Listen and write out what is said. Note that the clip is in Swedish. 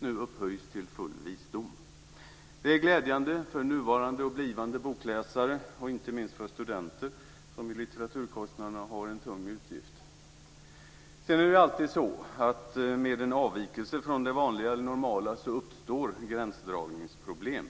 nu upphöjts till full visdom. Detta är glädjande för nuvarande och blivande bokläsare - inte minst för studenter, som i litteraturkostnaderna har en tung utgift. Sedan är det alltid så att med en avvikelse från det vanliga eller normala uppstår gränsdragningsproblem.